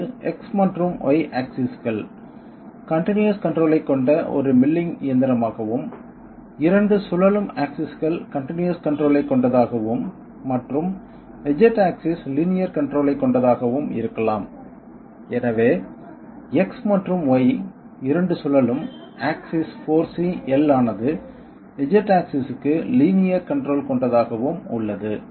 இது X மற்றும் Y ஆக்சிஸ்கள் கன்டினியஸ் கன்ட்ரோல் ஐக் கொண்ட ஒரு மில்லிங் இயந்திரமாகவும் இரண்டு சுழலும் ஆக்சிஸ்கள் கன்டினியஸ் கன்ட்ரோல் ஐக் கொண்டதாகவும் மற்றும் Z ஆக்சிஸ் லீனியர் கன்ட்ரோல் ஐக் கொண்டதாகவும் இருக்கலாம் எனவே X மற்றும் Y இரண்டு சுழலும் ஆக்சிஸ் 4C L ஆனது Z ஆக்சிஸ்க்கு லீனியர் கன்ட்ரோல் கொண்டதாகவும் உள்ளது